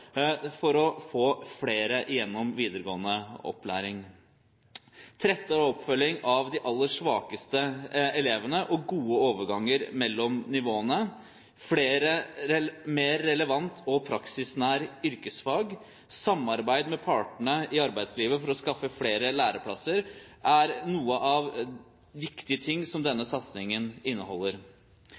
for å få flere igjennom videregående opplæring. Tilrettelegging og oppfølging av de aller svakeste elvene og gode overganger mellom nivåene, mer relevant og praksisnær yrkesfag og samarbeid med partene i arbeidslivet for å skaffe flere læreplasser er noen viktige ting som denne satsingen inneholder.